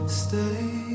stay